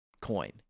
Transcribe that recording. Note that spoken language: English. coin